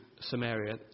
Samaria